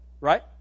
Right